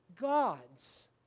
gods